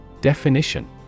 Definition